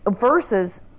versus